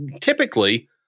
typically